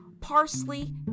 parsley